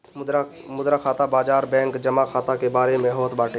मुद्रा खाता बाजार बैंक जमा खाता के बारे में होत बाटे